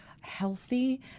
healthy